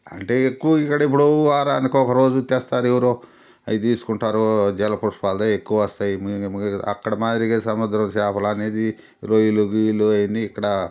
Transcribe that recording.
అంటే ఎక్కువ ఇక్కడ ఇప్పుడూ వారానికొకరోజు తెస్తారు ఎవరో ఒకరు అయి తీసుకుంటారు జలపుష్పాల్దే ఎక్కువొస్తాయి మీ మీ అక్కడ మాదిరిగా సముద్రం చేపలనేది రొయ్యలు గియ్యలు అయన్నీ ఇక్కడా